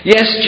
Yes